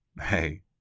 Hey